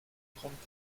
grande